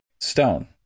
stone